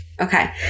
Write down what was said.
okay